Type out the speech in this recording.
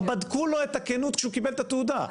בדקו לו את הכנות כשהוא קיבל את התעודה,